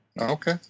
Okay